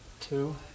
Two